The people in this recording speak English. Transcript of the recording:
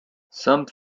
some